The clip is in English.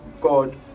God